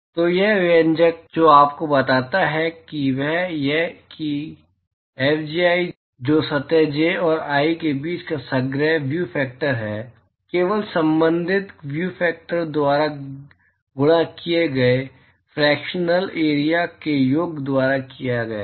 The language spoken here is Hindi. तो यह व्यंजक जो आपको बताता है वह यह है कि Fji जो सतह j और i के बीच का समग्र व्यू फैक्टर है केवल संबंधित व्यू फैक्टर द्वारा गुणा किए गए फ्रेकशेनल एरिया के योग द्वारा दिया जाता है